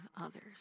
others